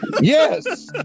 Yes